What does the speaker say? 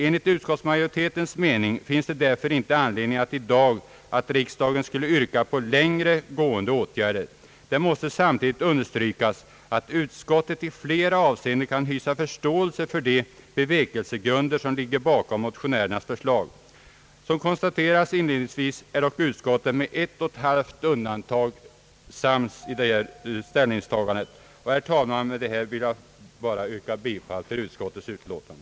Enligt utskottsmajoritetens mening finns det därför inte anledning att riksdagen i dag skulle besluta om längre gående åtgärder. Det måste samtidigt understrykas att utskottet i flera avseenden kan hysa förståelse för de bevekelsegrunder som ligger bakom motionärernas förslag. Som jag konstaterade i början är dock utskottet med ett och ett halvt undantag sams i detta ärende. Herr talman! Med det sagda vili jag yrka bifall till utskottets utlåtande.